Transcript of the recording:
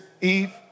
Eve